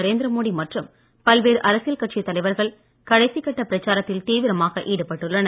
நரேந்திர மோடி மற்றும் பல்வேறு அரசியல் கட்சித் தலைவர்கள் கடைசிக் கட்ட பிரச்சாரத்தில் தீவிரமாக ஈடுபட்டுள்ளனர்